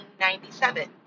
1997